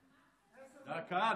דקה.